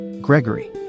Gregory